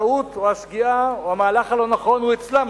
הטעות או השגיאה או המהלך הלא נכון הוא אצלם,